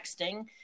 texting